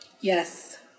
Yes